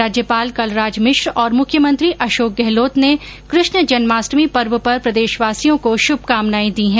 राज्यपाल कलराज मिश्र और मुख्यमंत्री अशोक गहलोत ने कृष्ण जन्माष्टमी पर्व पर प्रदेशवासियों को शुभकामनाएं दी हैं